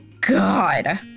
God